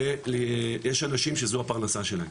יש אנשים שזו הפרנסה שלהם.